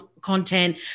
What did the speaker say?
content